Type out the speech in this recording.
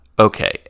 Okay